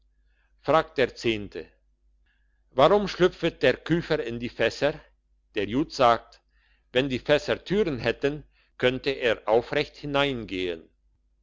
fragt der zehnte warum schlüpfet der küfer in die fässer der jud sagt wenn die fässer türen hätten könnte er aufrecht hineingehen